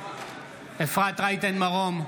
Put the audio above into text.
אפרת רייטן מרום,